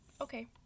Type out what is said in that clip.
Okay